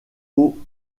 aux